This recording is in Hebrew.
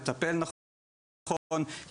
לטפל נכון,